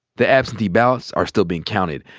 the absentee ballots are still be counted.